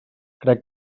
crec